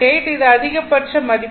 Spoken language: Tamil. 8 இது அதிகபட்ச மதிப்பு